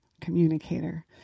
communicator